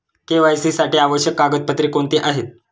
KYC साठी आवश्यक कागदपत्रे कोणती आहेत?